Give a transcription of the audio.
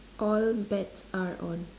all bets are on